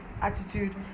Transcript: attitude